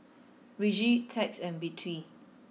Reggie Tex and Bette